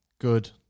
Good